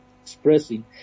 Expressing